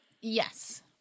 Yes